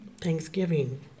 thanksgiving